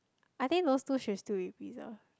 I think those two should still be preserved